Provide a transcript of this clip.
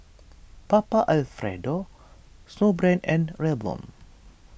Papa Alfredo Snowbrand and Revlon